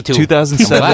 2007